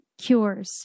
cures